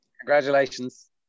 Congratulations